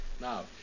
Now